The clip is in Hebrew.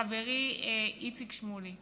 לחברי איציק שמולי,